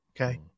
Okay